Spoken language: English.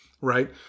Right